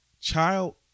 child